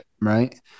right